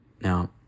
Now